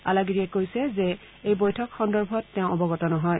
আলাগিৰিয়ে কৈছে যে এই বৈঠকৰ সন্দৰ্ভত তেওঁ অৱগত নহয়